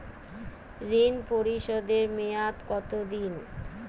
ঋণ পরিশোধের মেয়াদ কত দিন?